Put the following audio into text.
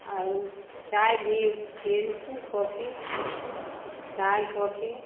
आओर चाय भी पियैत छै कॉफी चाय कॉफी